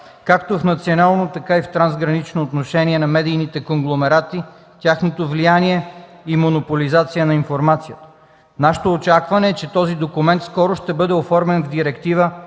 както в национално, така и в трансгранично отношение на медийните конгломерати, тяхното влияние и монополизация на информацията. Вашето очакване е, че този документ скоро ще бъде оформен в директива